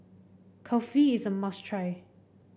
kulfi is a must try